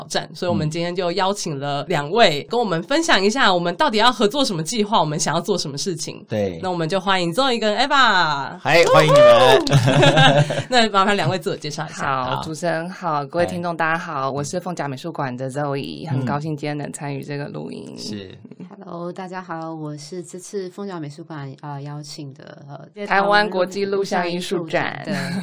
挑战，所以我们嗯。今天就邀请了两位，跟我们分享一下我们到底要合作什么计划，我们想要做什么事情。对。那我们就欢迎Zoe跟Eva。嗨，欢迎你们。 那麻烦两位自我介绍一下。好，好。主持人好，各位嗨。听众大家好，我是凤甲美术馆的Zoe，很嗯。高兴今天能参与这个录音。是。Hello，大家好，我是这次凤甲美术馆，呃，邀请的，呃，台湾国际录像艺术展。的